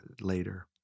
later